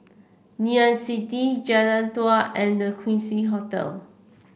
Ngee Ann City Jalan Dua and The Quincy Hotel